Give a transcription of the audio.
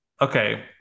Okay